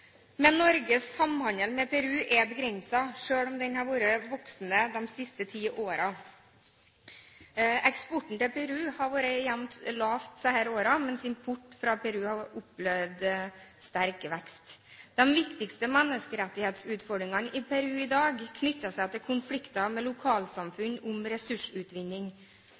Men Norges samhandel med Peru er begrenset, selv om den har vært voksende de siste ti årene. Eksporten til Peru har vært jevnt lav disse årene, mens importen fra Peru har opplevd sterk vekst. De viktigste menneskerettighetsutfordringene i Peru i dag knytter seg til konflikter med lokalsamfunn om ressursutvinning.